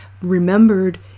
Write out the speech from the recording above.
remembered